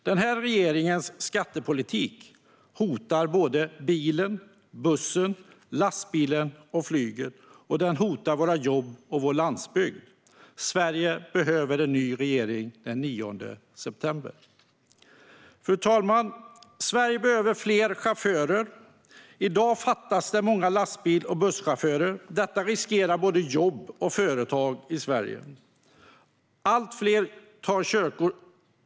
Den här regeringens skattepolitik hotar bilen, bussen, lastbilen och flyget, och den hotar våra jobb och vår landsbygd. Sverige behöver en ny regering den 9 september. Fru talman! Sverige behöver fler chaufförer. I dag fattas det många lastbils och busschaufförer. Detta äventyrar både jobb och företag i Sverige.